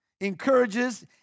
encourages